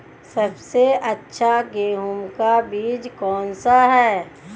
सबसे अच्छा गेहूँ का बीज कौन सा है?